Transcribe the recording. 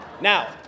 Now